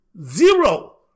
Zero